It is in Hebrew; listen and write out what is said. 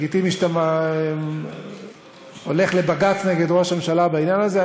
לגיטימי שאתה הולך לבג"ץ נגד ראש הממשלה בעניין הזה.